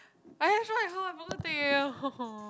I have one as well I forgot to take eh !huh! !huh! !huh!